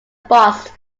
embossed